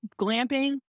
glamping